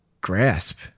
grasp